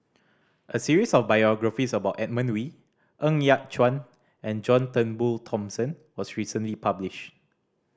a series of biographies about Edmund Wee Ng Yat Chuan and John Turnbull Thomson was recently published